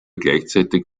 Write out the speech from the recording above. gleichzeitig